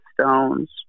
Stones